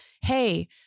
Hey